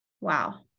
Wow